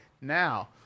now